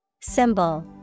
Symbol